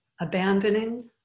abandoning